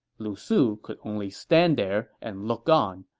lu su could only stand there and look on,